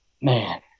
Man